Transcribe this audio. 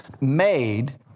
made